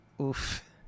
Oof